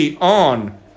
on